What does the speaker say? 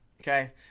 Okay